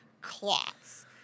cloths